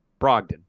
Brogdon